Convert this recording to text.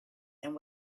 and